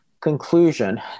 conclusion